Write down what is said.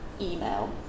email